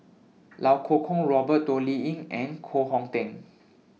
Iau Kuo Kwong Robert Toh Liying and Koh Hong Teng